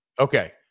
Okay